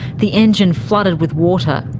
the engine flooded with water.